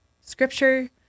scripture